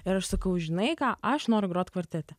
ir aš sakau žinai ką aš noriu grot kvartete